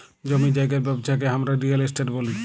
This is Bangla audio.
জমি জায়গার ব্যবচ্ছা কে হামরা রিয়েল এস্টেট ব্যলি